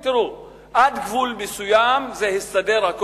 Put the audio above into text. שלב מסוים המדינה ידעה להסתדר עם מה שהחוואים עשו,